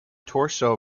torso